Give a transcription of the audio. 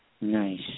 Nice